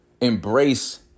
embrace